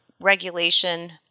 regulation